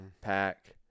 pack